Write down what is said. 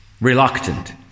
reluctant